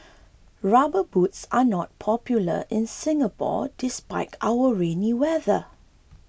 rubber boots are not popular in Singapore despite our rainy weather